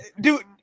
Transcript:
dude